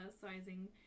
sizing